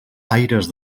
aires